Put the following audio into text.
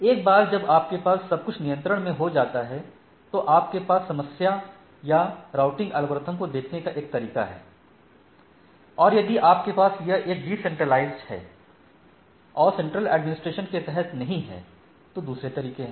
एक बार जब आपके पास सब कुछ नियंत्रण में हो जाता है तो आपके पास समस्या या राउटिंग एल्गोरिदम को देखने का एक तरीका है और यदि आपके पास यह एक डिसेंट्रलाइज है और सेंट्रल एडमिनिस्ट्रेशन के तहत नहीं है तू दूसरे तरीके हैं